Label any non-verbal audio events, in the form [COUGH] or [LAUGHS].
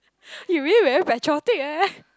[LAUGHS] you really very patriotic eh